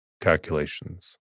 calculations